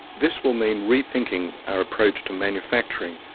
this will mean rethinking our approach to manufacturing,